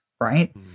right